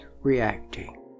reacting